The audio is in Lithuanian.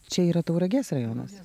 čia yra tauragės rajonas